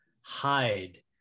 hide